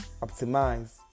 optimize